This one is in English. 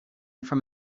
from